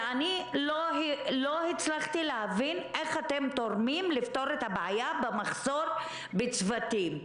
ולא הצלחתי להבין איך אתם תורמים לפתור את הבעיה במחסור בצוותים.